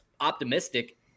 optimistic